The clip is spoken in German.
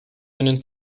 einen